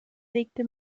legte